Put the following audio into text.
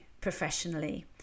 professionally